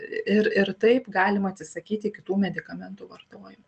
ir ir taip galima atsisakyti kitų medikamentų vartojimo